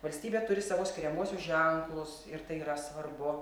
valstybė turi savo skiriamuosius ženklus ir tai yra svarbu